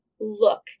look